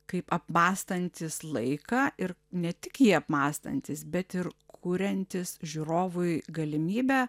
kaip apmąstantys laiką ir ne tik jį apmąstantys bet ir kuriantys žiūrovui galimybę